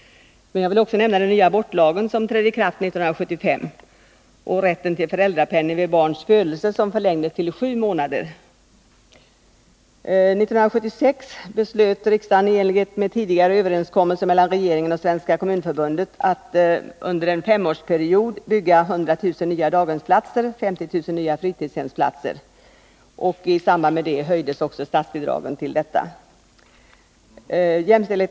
Men jag vill också nämna att den nya abortlagen trädde i kraft 1975 och att rätten till föräldrapenning vid barns födelse förlängdes till sju månader. År 1976 beslöt riksdagen, i enlighet med en tidigare överenskommelse mellan regeringen och Svenska kommunförbundet, att under en femårsperiod bygga 100 000 daghemsplatser och 50 000 fritidshemsplatser. I samband med detta höjdes statsbidragen till daghemsbyggande.